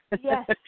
Yes